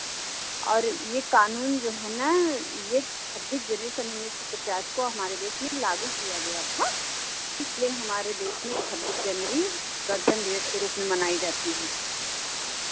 और ये कानून जो है ना ये छब्बीस जनवरी सन उन्नीस सौ पचास को हमारे देश में लागू किया गया था इसलिए हमारे देश में छब्बीस जनवरी गणतंत्र दिवस के रूप में मनाई जाती है